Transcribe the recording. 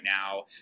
now